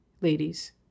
ladies